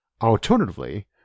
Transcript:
Alternatively